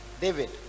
David